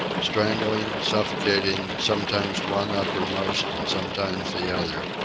strangling, suffocating, sometimes one uppermost and sometimes the other,